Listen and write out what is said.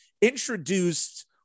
introduced